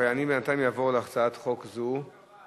אני בינתיים אעבור להצעת חוק הבאה.